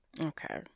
Okay